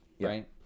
Right